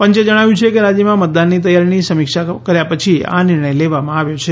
પંચે જણાવ્યું છે કે રાજ્યમાં મતદાનની તૈયારીની સમીક્ષા કર્યા પછી આ નિર્ણય લેવામાં આવ્યો છે